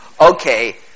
okay